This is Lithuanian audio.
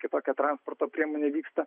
kitokią transporto priemonę vyksta